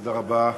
תודה רבה.